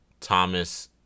Thomas